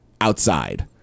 outside